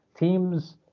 Teams